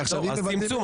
אז צמצום.